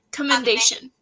commendation